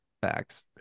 Facts